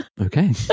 okay